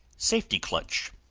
safety-clutch,